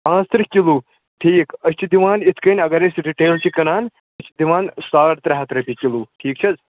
پانٛژھ تٕرٛہ کِلوٗ ٹھیٖک أسۍ چھِ دِوان یِتھ کَنۍ اَگر أسی رِٹیل چھِ کٕنان أسۍ چھِ دِوان ساڑ ترٛےٚ ہَتھ رۄپیہِ کِلوٗ ٹھیٖک چھِ حظ